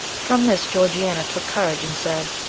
from this georgiana took courage and said,